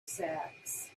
sacks